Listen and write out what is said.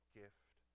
gift